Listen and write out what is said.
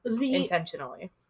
intentionally